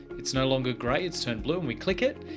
it's no longer grey. it's turned blue and we click it.